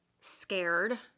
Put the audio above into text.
scared